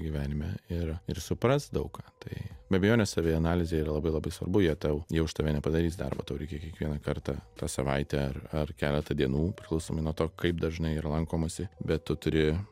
gyvenime ir ir suprast daug ką tai be abejonės savianalizė yra labai labai svarbu jie tau jie už tave nepadarys darbo tau reikia kiekvieną kartą tą savaitę ar ar keletą dienų priklausomai nuo to kaip dažnai yra lankomasi bet tu turi